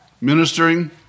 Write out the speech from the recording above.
ministering